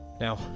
Now